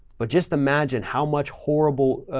but just imagine how much horrible, ah,